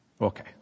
Okay